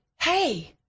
hey